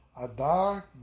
Adar